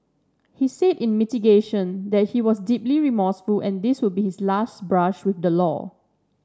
he said in mitigation that he was deeply remorseful and this would be his last brush with the law